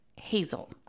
hazel